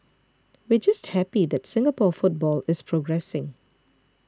we're just happy that Singapore football is progressing